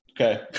Okay